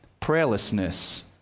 prayerlessness